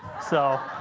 so.